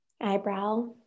Eyebrow